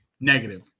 Negative